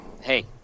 Hey